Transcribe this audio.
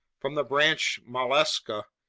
from the branch mollusca,